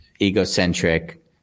egocentric